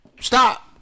Stop